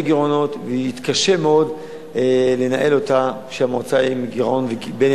גירעונות ויתקשה מאוד לנהל אותה כשהמועצה היא עם גירעון וגיבנת,